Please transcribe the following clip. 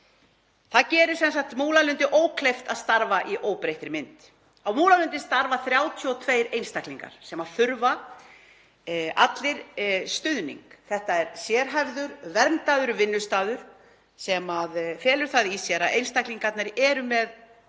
Það gerir sem sagt Múlalundi ókleift að starfa í óbreyttri mynd. Þar starfa 32 einstaklingar sem þurfa allir stuðning. Þetta er sérhæfður verndaður vinnustaður sem felur það í sér að einstaklingarnir eru með